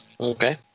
Okay